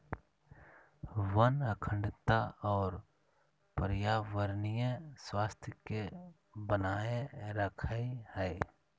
वन अखंडता और पर्यावरणीय स्वास्थ्य के बनाए रखैय हइ